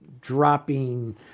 dropping